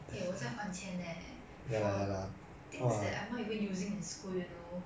eh 我在还钱 eh for things that I'm not even using in school you know